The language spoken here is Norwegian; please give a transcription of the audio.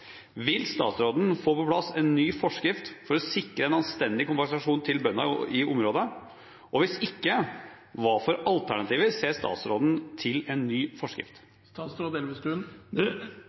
Vil statsråden få på plass en ny forskrift for å sikre en anstendig kompensasjon til bøndene i områdene? Og hvis ikke: Hva slags alternativer ser statsråden til en ny forskrift?